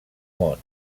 món